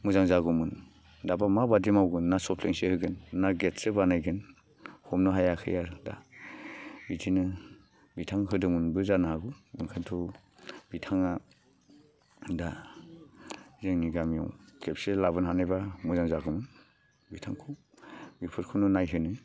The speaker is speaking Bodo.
मोजां जागौमोन दाबा माबायदि मावगोन ना सफ्लिंसो होगोन ना गेटसो बानायगोन हमनो हायाखै आरो दा बिदिनो बिथां होदोंमोनबो जानो हागौ ओंखायनोथ' बिथाङा दा जोंनि गामियाव खेबसे लाबोनो हानायबा मोजां जागौमोन बिथांखौ बेफोरखौनो नायहोनो